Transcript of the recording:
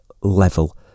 level